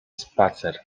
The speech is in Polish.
spacer